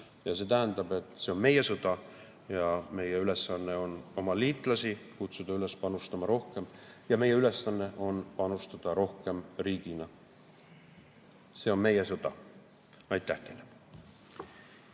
See tähendab, et see on meie sõda. Meie ülesanne on kutsuda oma liitlasi üles panustama rohkem. Ja meie ülesanne on panustada rohkem riigina. See on meie sõda. Aitäh teile!